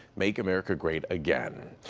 make america great again!